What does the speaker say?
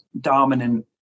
dominant